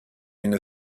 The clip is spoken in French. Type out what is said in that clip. une